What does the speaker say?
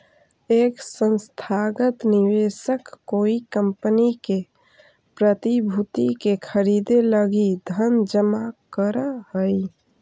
एक संस्थागत निवेशक कोई कंपनी के प्रतिभूति के खरीदे लगी धन जमा करऽ हई